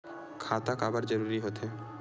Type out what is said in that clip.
खाता काबर जरूरी हो थे?